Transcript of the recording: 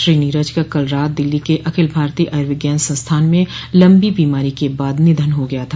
श्री नीरज का कल रात दिल्ली के अखिल भारतीय आयुर्विज्ञान संस्थान में लम्बी बीमारी के बाद निधन हो गया था